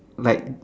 like